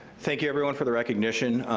thank you everyone for the recognition.